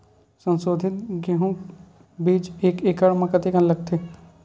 संसोधित गेहूं बीज एक एकड़ म कतेकन लगथे?